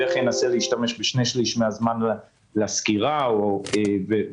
אנסה להשתמש בשני-שלישים מן הזמן לסקירה ואחרי